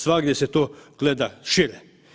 Svagdje se to gleda šire.